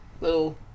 little